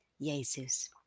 Jesus